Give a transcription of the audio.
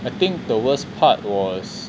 I think the worst part was